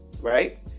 right